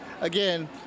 again